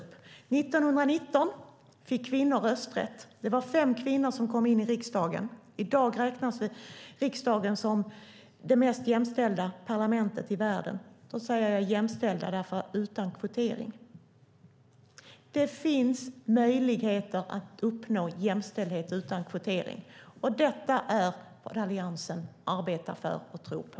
År 1919 fick kvinnor rösträtt. Det var fem kvinnor som kom in i riksdagen. I dag räknas riksdagen som det mest jämställda parlamentet i världen, och då säger jag jämställda utan kvotering. Det finns möjligheter att uppnå jämställdhet utan kvotering, och detta är vad Alliansen arbetar för och tror på.